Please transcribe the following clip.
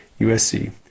USC